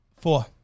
Four